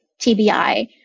TBI